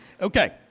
Okay